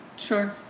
Sure